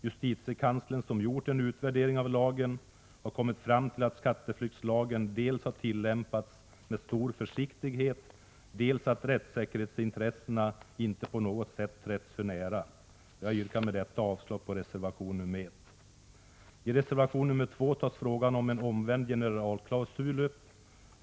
Justitiekanslern, som gjort en utvärdering av lagen, har kommit fram till att skatteflyktslagen dels har tillämpats med stor försiktighet, dels att rättssäkerhetsintressena inte på något sätt trätts för när. Jag yrkar med detta avslag på reservation nr 1. I reservation nr 2 tas frågan om en omvänd generalklausul upp.